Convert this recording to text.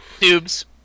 Tubes